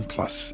Plus